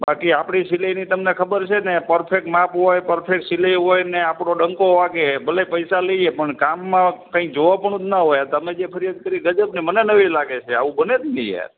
બાકી આપણી સિલાઈની તમને ખબર છે ને પરફેક્ટ માપ હોય પરફેક્ટ સિલાઈ હોય અને આપણો ડંકો વાગે ભલે પૈસા લઈએ પણ કામમાં કંઈ જોવાપણું જ ના હોય આ તમે જે ફરિયાદ કરી એ ગજબની મને નવાઈ લાગે છે આવું બને જ નહીં યાર